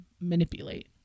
manipulate